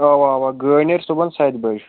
اَوا اَوا گٲڑۍ نیرِ صُبحَن سَتہِ بَجہِ